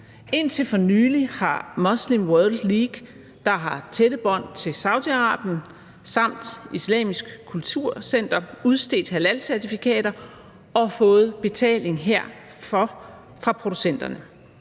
Indtil for nylig har Muslim World League, der har tætte bånd til Saudi-Arabien, og Islamisk Kulturcenter udstedt halalcertifikater og fået betaling herfor fra producenterne.